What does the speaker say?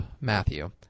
Matthew